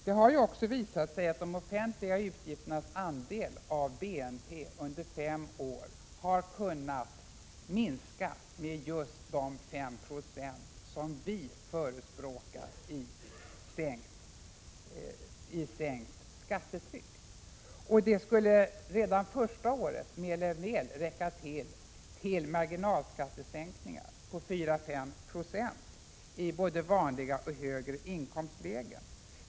Det har också visat sig att de offentliga utgifternas andel av BNP under fem år har kunnat minska med just de 5 90 i sänkt skattetryck som vi förespråkar. Det skulle redan första året mer än väl räcka till för marginalskattesänkningar på 4-5 20 i både vanliga och högre inkomstlägen.